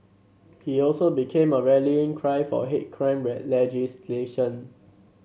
he also became a rallying cry for hate crime legislation